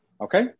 Okay